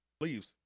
Leaves